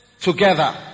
together